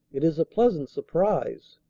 it is a pleasant surprise.